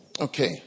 Okay